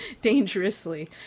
dangerously